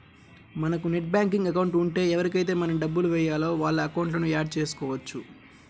మనకు net banking account ఉంటే ఎవరికైతే మనం డబ్బులు వేయాలో వాళ్ళ అకౌంట్లను యాడ్ చేసుకోవచ్చు